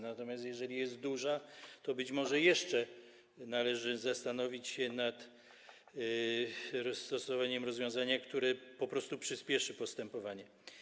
Natomiast jeżeli jest duża, to być może jeszcze należy zastanowić się nad zastosowaniem rozwiązania, które po prostu przyspieszy postępowanie.